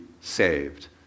saved